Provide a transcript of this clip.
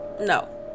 No